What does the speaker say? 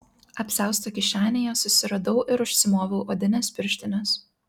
apsiausto kišenėje susiradau ir užsimoviau odines pirštines